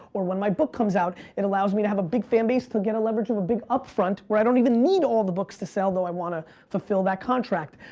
or when my book comes out, it allows me to have a big fan base to get a leverage of a big upfront, where i don't even need all the books to sell, though i wanna fulfill that contract.